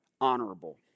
honorable